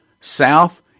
south